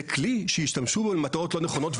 זה כלי שהשתמשו בו למטרות לא נכונות.